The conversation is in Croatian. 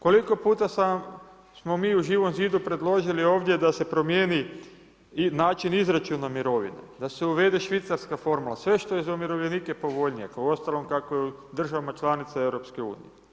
Koliko puta smo mi u Živom zidu predložili ovdje da se promijeni način izračuna mirovina, da se uvede švicarska forma, sve što je za umirovljenike povoljnije, uostalom kako je u državama članica EU.